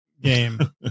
game